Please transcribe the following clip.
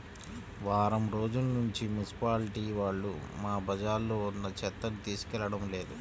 వారం రోజుల్నుంచి మున్సిపాలిటీ వాళ్ళు మా బజార్లో ఉన్న చెత్తని తీసుకెళ్లడం లేదు